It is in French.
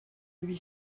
lui